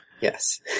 Yes